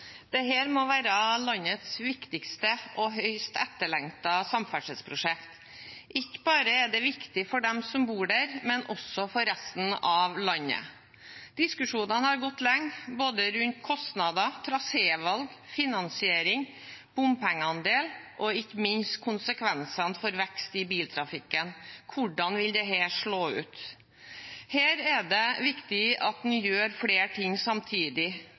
ikke bare viktig for dem som bor der, men også for resten av landet. Diskusjonene har gått lenge, både rundt kostnader, trasévalg, finansiering, bompengeandel og ikke minst konsekvensene for vekst i biltrafikken – hvordan vil dette slå ut? Her er det viktig at en gjør flere ting samtidig,